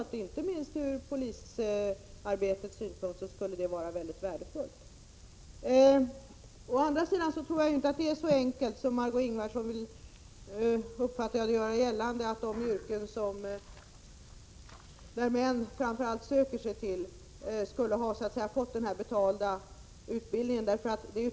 Inte minst när det gäller polisarbetet skulle detta vara mycket värdefullt. Å andra sidan tror jag inte att det är så enkelt som jag uppfattar att Margé Ingvardsson vill göra gällande, dvs. att man har betald utbildning inom yrken som framför allt män söker sig till.